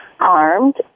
armed